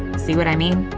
see what i mean?